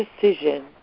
decision